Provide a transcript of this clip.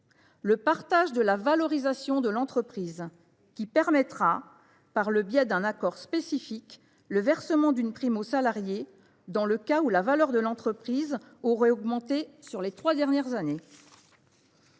le partage de la valorisation de l’entreprise, qui permettra, par le biais d’un accord spécifique, le versement d’une prime aux salariés dans le cas où la valeur de l’entreprise aurait augmenté au cours des trois dernières années.